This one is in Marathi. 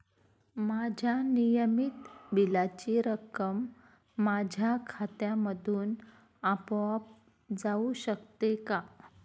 माझ्या नियमित बिलाची रक्कम माझ्या खात्यामधून आपोआप जाऊ शकते का?